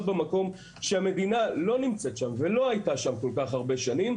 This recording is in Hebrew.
במקום שהמדינה לא נמצאת בו ולא הייתה שם כל כך הרבה שנים,